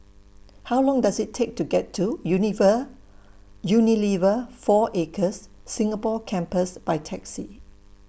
How Long Does IT Take to get to Unilever four Acres Singapore Campus By Taxi